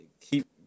keep